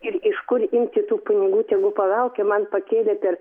ir iš kur imti tų pinigų tegu palaukia man pakėlė per